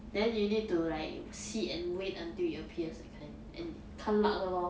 then you need to like sit and wait until it appears that kind and 看 luck 的 lor